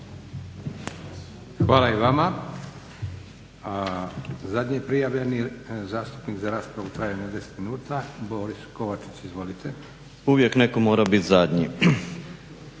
Hvala i vama. Zadnji prijavljeni zastupnik za raspravu u trajanju od 10 minuta Boris Kovačić. Izvolite. **Kovačić, Borislav